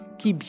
qui